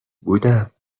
بودم